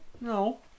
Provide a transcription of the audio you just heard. no